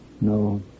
No